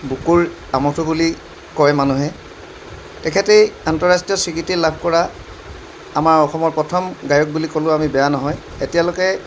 বুকুৰ আমঠু বুলি কয় মানুহে তেখেতেই আন্তঃৰাষ্ট্ৰীয় স্বীকৃতি লাভ কৰা আমাৰ অসমৰ প্ৰথম গায়ক বুলি ক'লেও আমি বেয়া নহয় এতিয়ালৈকে